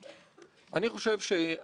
אנחנו יכולים להגיע למסקנות